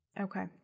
Okay